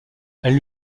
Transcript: elle